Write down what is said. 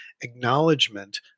acknowledgement